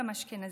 גם אשכנזית.